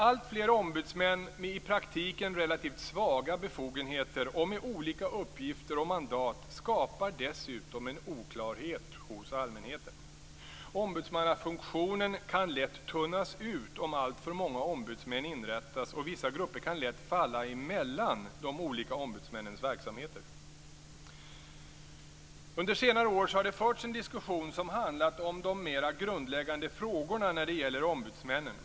Alltfler ombudsmän med i praktiken relativt svaga befogenheter och med olika uppgifter och mandat skapar dessutom en oklarhet hos allmänheten. Ombudsmannafunktionen kan lätt tunnas ut om alltför många ombudsmän inrättas, och vissa grupper kan lätt falla emellan de olika ombudsmännens verksamheter. Under senare år har det förts en diskussion som handlat om de mera grundläggande frågorna när det gäller ombudsmännen.